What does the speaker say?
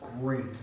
great